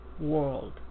world